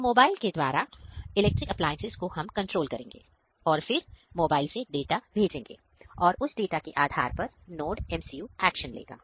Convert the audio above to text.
तो मोबाइल के द्वारा इलेक्ट्रिक अप्लायंसेज कंट्रोल करेंगे फिर मोबाइल से डाटा भेजेंगे और उस डाटा के आधार पर NodeMCU एक्शन लेगा